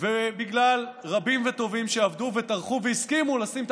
ובגלל רבים וטובים שעבדו וטרחו והסכימו לשים את